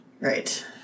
Right